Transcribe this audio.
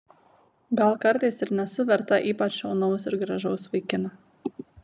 gal kartais ir nesu verta ypač šaunaus ir gražaus vaikino